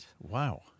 Wow